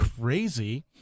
crazy